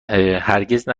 نبوده